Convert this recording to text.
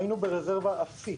היינו ברזרבה אפסית,